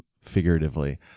figuratively